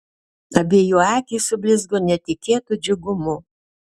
abiejų akys sublizgo netikėtu džiugumu